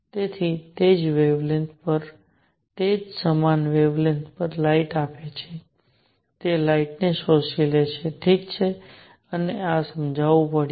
તેથી તે જ વેવલેન્થ પર તે સમાન વેવલેન્થ પર લાઇટ આપે છે તે લાઇટ ને શોષી લે છે ઠીક છે અને આ સમજાવવું પડ્યું